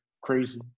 crazy